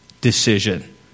decision